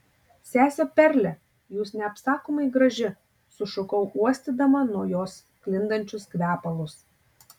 sese perle jūs neapsakomai graži sušukau uostydama nuo jos sklindančius kvepalus